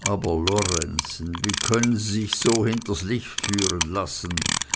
aber lorenzen wie können sie sich so hinters licht führen lassen